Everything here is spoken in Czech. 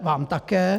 Vám také.